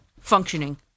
functioning